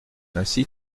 ainsi